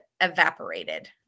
evaporated